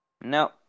No